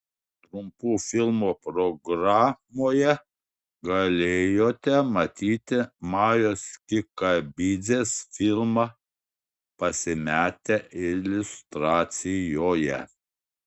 trumpų filmų programoje galėjote matyti majos kikabidzės filmą pasimetę iliustracijoje